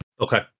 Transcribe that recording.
Okay